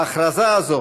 ההכרזה הזאת